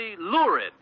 lurid